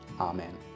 Amen